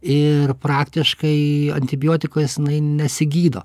ir praktiškai antibiotikais nesigydo